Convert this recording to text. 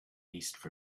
east